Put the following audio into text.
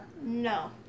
No